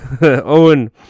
Owen